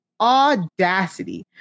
audacity